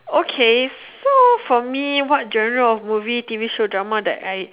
okay so for me what genre of movie T_V show drama that I